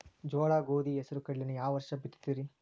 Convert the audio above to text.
ಜೋಳ, ಗೋಧಿ, ಹೆಸರು, ಕಡ್ಲಿನ ಯಾವ ವರ್ಷ ಬಿತ್ತತಿರಿ?